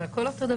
זה הכול אותו דבר.